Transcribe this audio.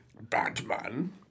Batman